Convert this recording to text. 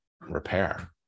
repair